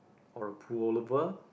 or a pullover